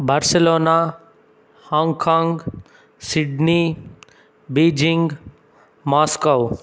Barcelona Hong Kong Sydney Beijing Moscow